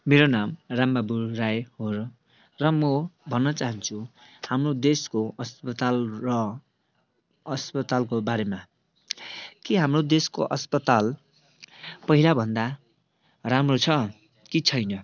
मेरो नाम रामबाबु राई हो र र म भन्न चाहन्छु हाम्रो देशको अस्पताल र अस्पतालको बारेमा के हाम्रो देशको अस्पताल पहिलाभन्दा राम्रो छ कि छैन